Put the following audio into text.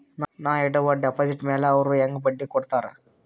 ನಾ ಇಡುವ ಡೆಪಾಜಿಟ್ ಮ್ಯಾಲ ಅವ್ರು ಹೆಂಗ ಬಡ್ಡಿ ಕೊಡುತ್ತಾರ?